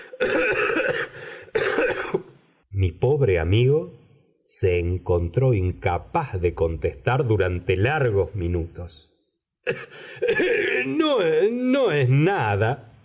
mi pobre amigo se encontró incapaz de contestar durante largos minutos no es nada